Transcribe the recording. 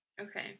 Okay